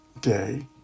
day